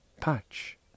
Patch